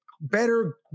better